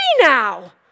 now